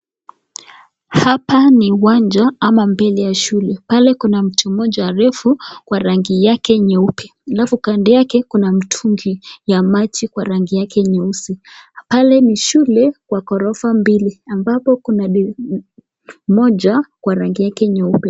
Hapa ni uwanja ama mbele ya shule, pale kuna mtu mti moja mrefu wa rangi yake nyeupe, alafu kand yake kkuna mtungi ya maji kwa rangi yake nyeusi, pale ni shule, wa gorofa mbili, ambapo kuna mti moja kwa rangi yake nyeupe.